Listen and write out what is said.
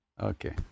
Okay